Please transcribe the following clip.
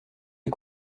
les